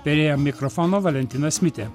prie mikrofono valentinas mitė